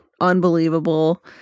unbelievable